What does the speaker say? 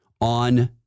on